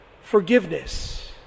forgiveness